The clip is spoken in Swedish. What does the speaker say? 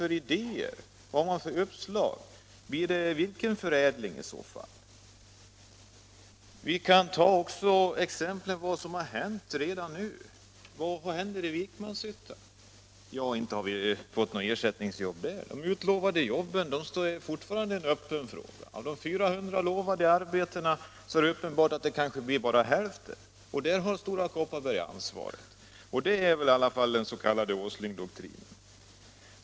Vad har man för uppslag? Vilken förädling blir det fråga om? Vi kan ta ett exempel från vad som hänt redan nu, bl.a. i Vikmanshyttan. Inte har vi fått några ersättningsjobb där! Frågan om de utlovade jobben står fortfarande öppen. Av de 400 utlovade arbetena får man kanske bara hälften. På den här punkten har Stora Kopparberg ansvaret — det är väl i alla fall den s.k. Åslingdoktrinen.